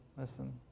listen